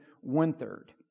one-third